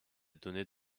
donnée